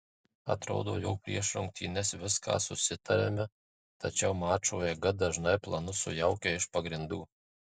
atrodo jog prieš rungtynes viską susitariame tačiau mačo eiga dažnai planus sujaukia iš pagrindų